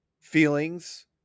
feelings